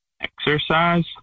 Exercise